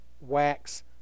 wax